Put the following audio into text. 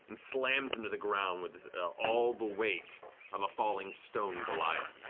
slams into the ground with all the weight of a falling stone goliath